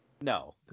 No